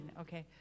Okay